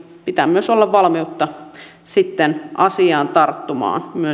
pitää olla valmiutta sitten asiaan tarttua myös valiokunnan